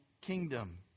kingdom